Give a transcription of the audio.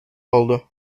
oldu